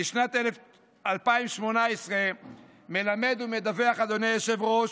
לשנת 2018 מלמד ומדווח, אדוני היושב-ראש,